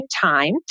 time